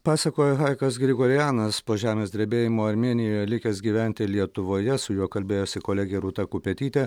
pasakoja hajkas grigorianas po žemės drebėjimo armėnijoje likęs gyventi lietuvoje su juo kalbėjosi kolegė rūta kupetytė